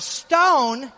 stone